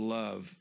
love